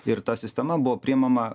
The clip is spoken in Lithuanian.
ir ta sistema buvo priimama